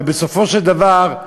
ובסופו של דבר,